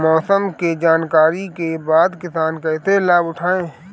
मौसम के जानकरी के बाद किसान कैसे लाभ उठाएं?